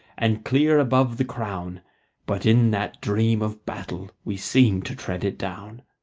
and clear above the crown but in that dream of battle we seem to tread it down.